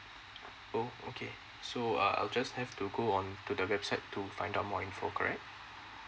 uh okay so uh I'll just have to go on to the website to find out more info correct